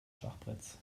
schachbretts